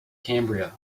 cambria